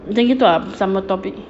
macam gitu ah sama topic